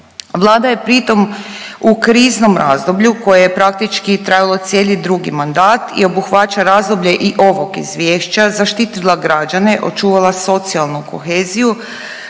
Vlada je pritom u kriznom razdoblju koje je praktički trajalo cijeli drugi mandat i obuhvaća razdoblje i ovog izvješća, zaštitila građane, očuvala socijalnu koheziju,